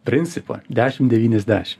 principą dešim devyniasdešim